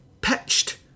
pitched